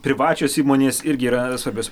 privačios įmonės irgi yra svarbios